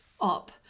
up